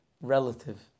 relative